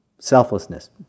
Selflessness